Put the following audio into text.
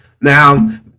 now